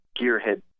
gearhead